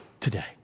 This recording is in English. today